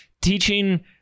teaching